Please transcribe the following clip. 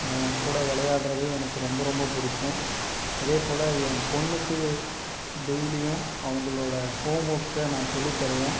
அவன் கூட விளையாட்றது எனக்கு ரொம்ப ரொம்ப பிடிக்கும் அதே போல என் பொண்ணுக்கு டெய்லியும் அவங்களோட ஹோம் ஒர்க்ஸை நான் சொல்லித்தருவேன்